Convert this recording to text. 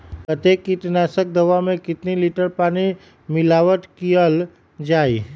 कतेक किटनाशक दवा मे कितनी लिटर पानी मिलावट किअल जाई?